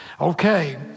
Okay